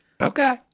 Okay